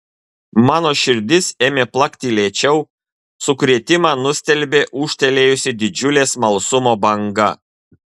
mano širdis ėmė plakti lėčiau sukrėtimą nustelbė ūžtelėjusi didžiulė smalsumo banga